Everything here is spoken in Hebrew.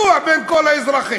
מה, ידוע בין כל האזרחים.